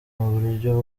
buryo